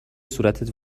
صورتت